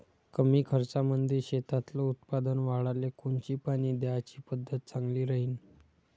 कमी खर्चामंदी शेतातलं उत्पादन वाढाले कोनची पानी द्याची पद्धत चांगली राहीन?